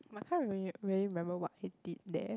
I can't real~ really remember what he did there